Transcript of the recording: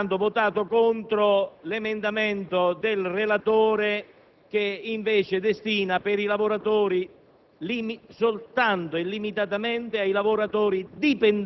Con l'emendamento 1.5 avevamo proposto di destinare le maggiori entrate a sostegno